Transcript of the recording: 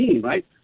right